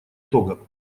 того